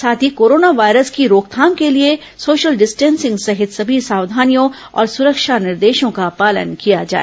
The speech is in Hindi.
साथ ही कोरोना वायरस की रोकथाम के लिए सोशल डिस्टेंसिंग सहित सभी सावधानियों और सुरक्षा निर्देशों का पालन किया जाए